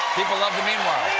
people love the meanwhile!